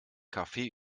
kaffee